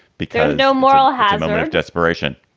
because no moral hazard. a lot of desperation.